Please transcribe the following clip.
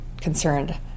concerned